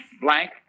blank